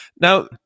Now